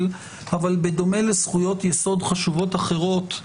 אבל בדומה לזכויות יסוד חשובות אחרות,